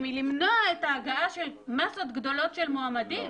היא למנוע את ההגעה של מסות גדולות של מועמדים,